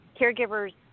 caregivers